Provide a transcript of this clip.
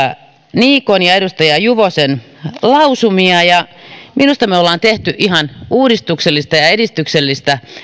niikon ja edustaja juvosen lausumia minusta me olemme tehneet ihan uudistuksellista ja edistyksellistä